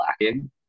lacking